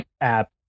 app